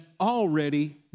already